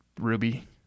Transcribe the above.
ruby